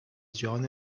جان